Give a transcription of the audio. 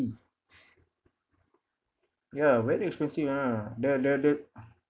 ya very expensive ah the the the